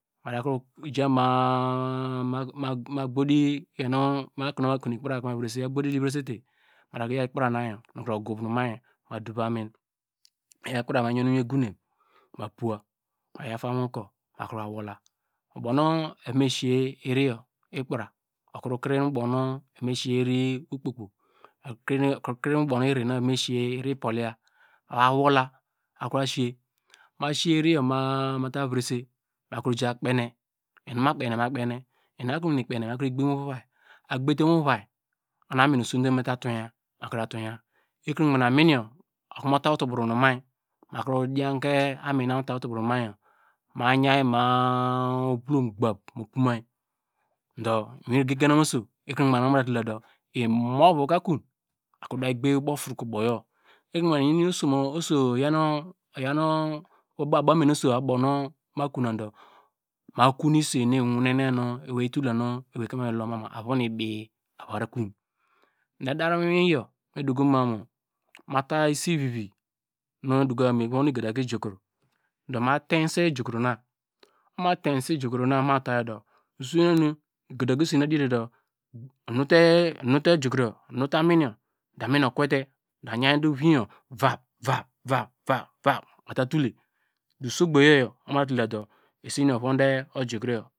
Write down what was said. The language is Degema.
Ma da kro ja ma- a ma gbodi iyor nu ma bime okonu ma kon ikpra ka mada kro yaw ikpra na yor ogur nu mayor ma dou amin meyaw ikpra me yor mi vom egone mada puwa ma tam ivom ukur ma kro wa wola ubow nu eva me seyi iri ikpra okro kiri mu ubow nu eva me siye iri ukpo kpo okro kiri mu ubow nu eva mesiye iri ipohiya ma wola makro vayi siye ma siye iri yor ma- a mata virese mukro ja kpene inu akowene kpene makro yi gbem mu vuvai ohonu amin osonde okonu me ta tuweya ekre nu ogbanke amin yor ukro muta utobro nu moi makro dianke amin na muta utobro nu mi yor mie yaw ma- a ovulom gap mu pumi do mi win igriri genam oso ekrenu ogbanke oho nu mata tuladu imoyaka akon akro da yi gbe ubow utroke uboyor ekrenu ogbanke oso oyan abamen oso oyan abamen oso abon nu makuna do ma kon esen nu iwine nu ewei kre me dokom avon ibi ava kob ederemu iwn yor mata esivivi meduku ma mu evon igadaga ijukro do ma teinse iju kro na okoma teinse ijukro na ova muta du mu sense okon ogadaga esen odite du enute ijukro yor enute amin yor do amin yor kwete do ayawdu voyo vap vap vap vap do usugboyoyo oho mata tuladu esen yor ovonde ojukroyo.